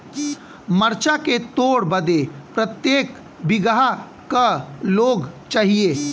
मरचा के तोड़ बदे प्रत्येक बिगहा क लोग चाहिए?